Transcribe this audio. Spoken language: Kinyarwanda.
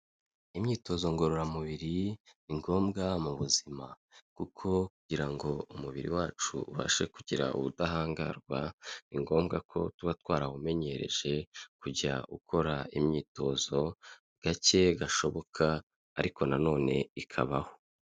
Imyitozo ngororamubiri ni ngombwa mu buzima kuko kugira ngo umubiri wacu ubashe kugira ubudahangarwa, ni ngombwa ko tuba twarawumenyereje kujya ukora imyitozo gake gashoboka ariko nanone ikabaho.